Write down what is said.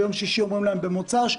ביום שישי אומרים להם: במוצ"ש,